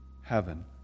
heaven